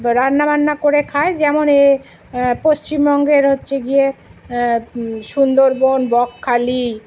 রান্নাবান্না করে খায় যেমন এ পশ্চিমবঙ্গের হচ্ছে গিয়ে সুন্দরবন বকখালি